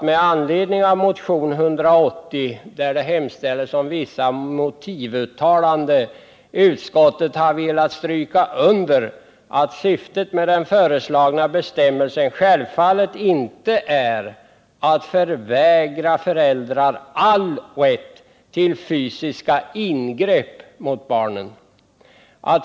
Med anledning av motionen 180, vari hemställs att riksdagen gör motivuttalanden, har utskottet velat stryka under att syftet med den föreslagna bestämmelsen självfallet inte är att förvägra föräldrar all rätt till fysiska ingrepp mot barnen.